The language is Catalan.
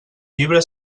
llibre